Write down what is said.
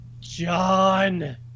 John